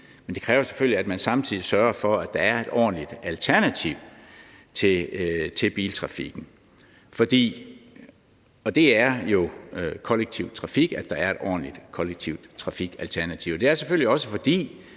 men det kræver selvfølgelig, at man samtidig sørger for, at der er et ordentligt alternativ til biltrafikken – og det er jo kollektiv trafik – altså at der er et ordentligt kollektivt trafikalternativ. Det er selvfølgelig også, fordi